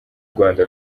rwanda